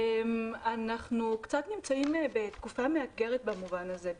אנחנו נמצאים בתקופה קצת מאתגרת במובן הזה,